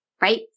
Right